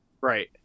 Right